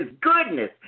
goodness